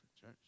church